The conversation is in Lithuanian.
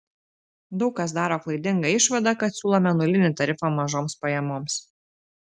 daug kas daro klaidingą išvadą kad siūlome nulinį tarifą mažoms pajamoms